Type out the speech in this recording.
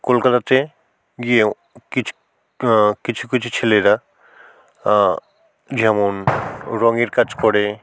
কলকাতাতে গিয়েও কিছু কিছু কিছু ছেলেরা যেমন রঙের কাজ করে